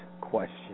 Question